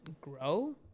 grow